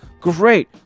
Great